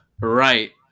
Right